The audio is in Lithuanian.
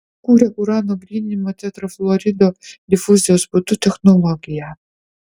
jis sukūrė urano gryninimo tetrafluorido difuzijos būdu technologiją